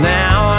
now